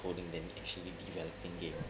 coding then actually developing game